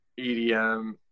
edm